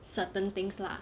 certain things lah